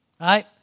right